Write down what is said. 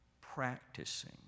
Practicing